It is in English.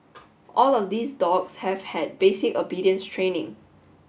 all of these dogs have had basic obedience training